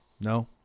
No